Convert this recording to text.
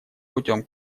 путем